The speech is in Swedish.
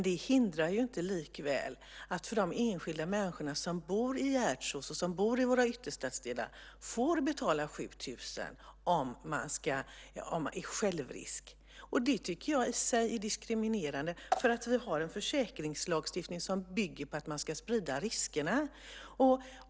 Detta hindrar dock inte att de enskilda människor som bor i Gärdsås och våra ytterstadsdelar får betala 7 000 kr i självrisk, vilket jag i sig tycker är diskriminerande. Vi har en försäkringslagstiftning som bygger på att sprida riskerna.